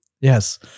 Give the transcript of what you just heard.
Yes